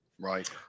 Right